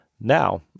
Now